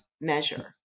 measure